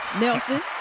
Nelson